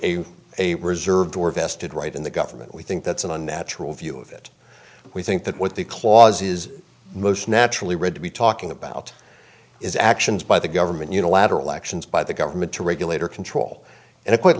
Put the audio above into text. party a reserved or vested right in the government we think that's an unnatural view of it we think that what the clause is most naturally read to be talking about is actions by the government unilateral actions by the government to regulate or control and